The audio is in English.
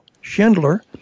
Schindler